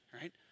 right